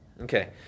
Okay